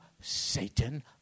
Satan